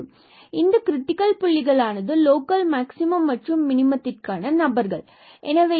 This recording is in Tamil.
ஏனெனில் இந்த கிரிட்டிக்கல் புள்ளிகள் ஆனது லோக்கல் மேக்ஸிமம் மற்றும் மினிமத்திற்கான நபர்கள் ஆகும்